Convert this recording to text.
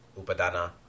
upadana